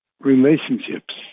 Relationships